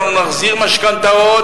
אנחנו נחזיר משכנתאות,